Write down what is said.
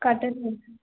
కట్టేస్తాం sir